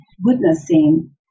witnessing